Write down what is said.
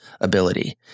ability